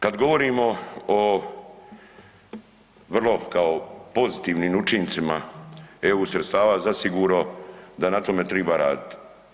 Kad govorimo o vrlo kao pozitivnim učincima EU sredstava zasigurno da na tome triba raditi.